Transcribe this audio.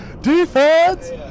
Defense